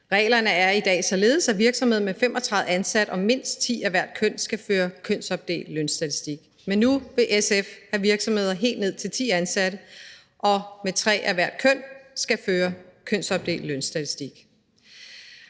Reglerne er i dag således, at virksomheder med 35 ansatte og mindst 10 af hvert køn skal føre kønsopdelt lønstatistik, men nu vil SF have, at virksomheder med helt ned til 10 ansatte og med 3 af hvert køn skal føre kønsopdelt lønstatistik.